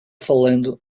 falando